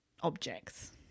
objects